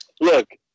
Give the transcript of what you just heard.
look